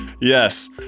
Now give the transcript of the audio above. yes